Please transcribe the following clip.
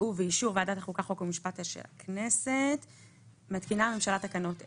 ובאישור ועדת החוקה חוק ומשפט של הכנסת מתקינה הממשלה תקנות אלה: